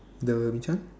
the which one